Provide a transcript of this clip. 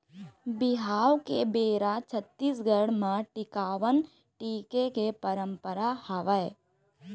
बिहाव के बेरा छत्तीसगढ़ म टिकावन टिके के पंरपरा हवय